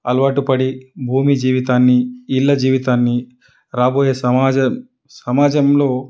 అలవాటు పడి భూమి జీవితాన్ని ఇళ్ళ జీవితాన్ని రాబోయే సమాజ సమాజంలో